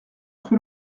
cru